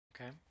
Okay